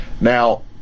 Now